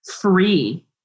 free